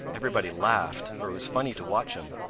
everybody laughed, for it was funny to watch him.